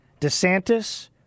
DeSantis